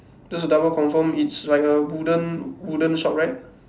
just a double confirm it's like a wooden wooden shop right